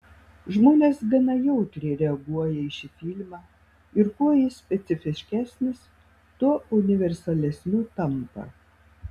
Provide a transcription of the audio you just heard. žmonės gana jautriai reaguoja į šį filmą ir kuo jis specifiškesnis tuo universalesniu tampa